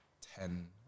ten